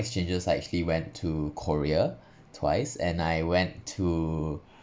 exchanges I actually went to korea twice and I went to